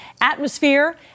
atmosphere